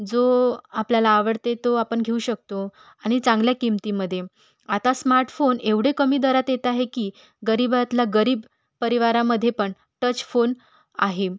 जो आपल्याला आवडते तो आपण घेऊ शकतो आणि चांगल्या किमतीमध्ये आता स्मार्ट फोन एवढे कमी दरात येत आहे की गरीबातल्या गरीब परिवारामध्ये पण टच फोन आहे